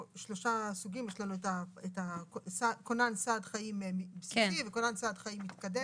שלושה סוגים: יש לנו פה כונן סעד חיים בסיסי וכונן סעד חיים מתקדם.